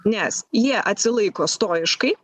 nes jie atsilaiko stojiškai